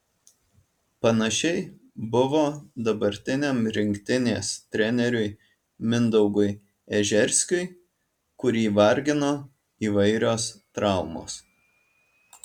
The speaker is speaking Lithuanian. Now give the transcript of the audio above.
panašiai buvo dabartiniam rinktinės treneriui mindaugui ežerskiui kurį vargino įvairios traumos